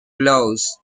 gloves